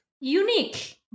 Unique